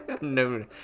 No